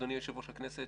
אדוני יושב-ראש הכנסת,